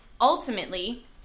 Ultimately